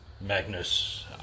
Magnus